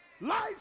Life